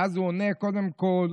ואז הוא עונה: קודם כול,